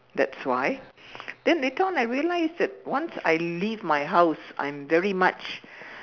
that's why then later on I realized once I leave my house I'm very much